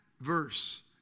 verse